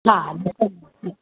हा